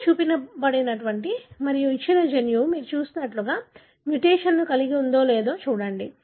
ఇక్కడ చూపబడినవి మరియు ఇచ్చిన జన్యువు మీరు చూసినట్లుగా మ్యుటేషన్ కలిగి ఉందో లేదో చూడండి